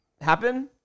happen